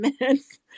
minutes